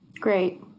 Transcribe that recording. Great